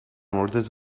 موردت